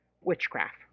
witchcraft